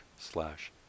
slash